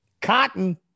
cotton